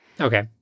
Okay